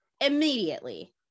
immediately